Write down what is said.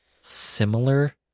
similar